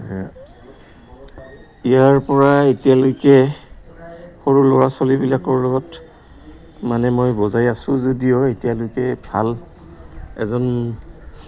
ইয়াৰ পৰা এতিয়ালৈকে সৰু ল'ৰা ছোৱালীবিলাকৰ লগত মানে মই বজাই আছোঁ যদিও এতিয়ালৈকে ভাল এজন